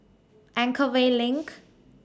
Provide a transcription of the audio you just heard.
Anchorvale LINK